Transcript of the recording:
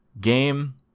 game